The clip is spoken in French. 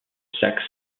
saxe